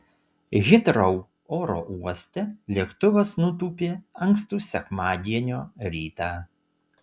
hitrou oro uoste lėktuvas nutūpė ankstų sekmadienio rytą